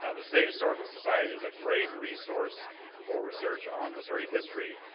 ah the state historical society is a great resource for research on missouri history,